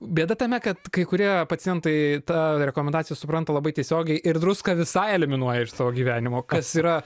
bėda tame kad kai kurie pacientai tą rekomendaciją supranta labai tiesiogiai ir druską visai eliminuoja iš savo gyvenimo kas yra